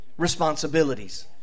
responsibilities